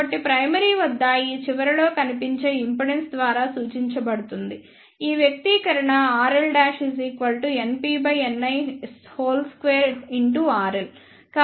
కాబట్టిప్రైమరీ వద్ద ఈ చివరలో కనిపించే ఇంపెడెన్స్ ద్వారా సూచించబడుతుంది ఈ వ్యక్తీకరణ RLnpns2RL